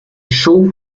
chaud